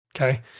Okay